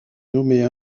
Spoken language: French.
nommée